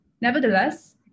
Nevertheless